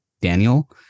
daniel